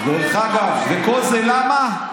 דרך אגב, וכל זה למה?